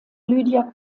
lydia